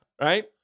Right